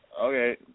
Okay